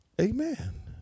Amen